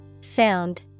Sound